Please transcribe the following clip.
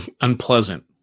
unpleasant